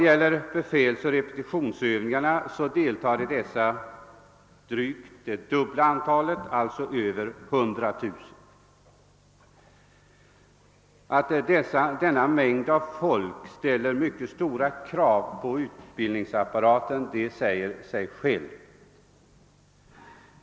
I befälsoch repetitionsövningarna deltar drygt det dubbla antalet, alltså över 100 000 man. Att denna mängd av folk ställer stora krav på utbildningsapparaten säger sig självt.